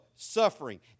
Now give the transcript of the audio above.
suffering